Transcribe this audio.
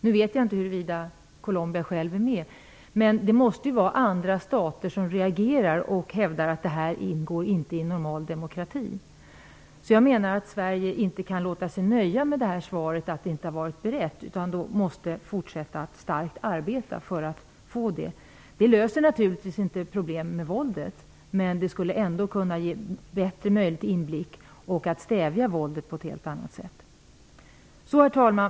Nu vet jag inte huruvida Colombia självt är medlem, men andra stater måste reagera och hävda att detta förtryck inte ingår i en normal demokrati. Jag menar att Sverige inte kan låta sig nöja med svaret att man inte har varit beredd. Man måste fortsätta att arbeta för att få igenom detta förslag. Det löser naturligtvis inte problemet med våldet, men det skulle kunna ge bättre möjlighet till inblick, och våldet skulle kunna stävjas på ett helt annat sätt. Herr talman!